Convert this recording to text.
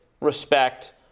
respect